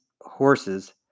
horses